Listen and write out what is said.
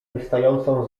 wystającą